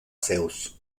zeus